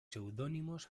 seudónimos